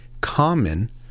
common